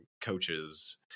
coaches